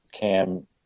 cam